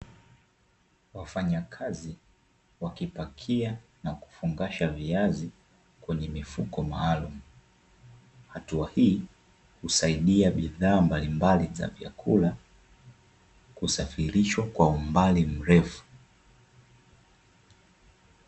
Wafanyakazi wakipakia na kufungasha viazi kwenye mifuko maalumu. Hatua hii husaidia bidhaa mbalimbali za vyakula kusafirishwa kwa umbali mrefu.